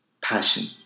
Passion